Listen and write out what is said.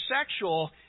sexual